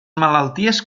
malalties